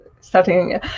starting